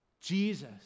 Jesus